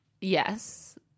yes